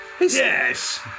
Yes